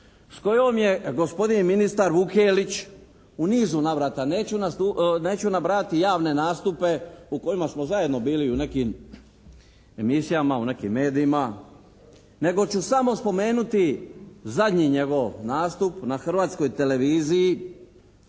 s kojom je gospodin ministar Vukelić u nizu navrata, neću nabrajati javne nastupe u kojima smo zajedno bili i u nekim emisijama, u nekim medijima nego ću samo spomenuti zadnji njego nastup na Hrvatskoj televiziji